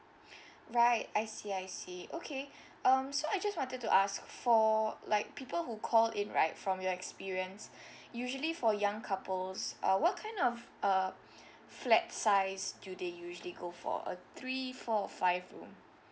right I see I see okay um so I just wanted to ask for like people who call in right from your experience usually for young couples uh what kind of uh flat size do they usually go for a two three four five room